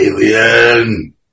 Alien